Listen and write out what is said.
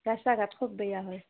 ৰাস্তা ঘাট খুব বেয়া হয়